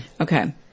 Okay